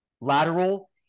lateral